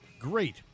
great